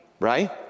Right